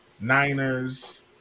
Niners